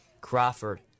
Crawford